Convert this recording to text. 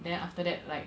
then after that like